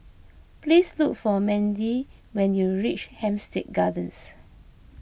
please look for Mandie when you reach Hampstead Gardens